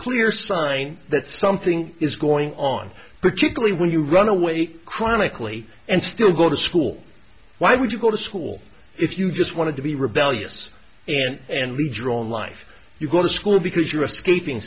clear sign that something is going on particularly when you run away chronically and still go to school why would you go to school if you just wanted to be rebellious and and be drawn life you go to school because you're escaping